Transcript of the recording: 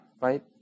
right